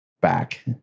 back